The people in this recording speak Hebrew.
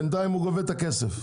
בינתיים הוא גובה את הכסף.